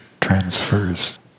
transfers